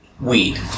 Weed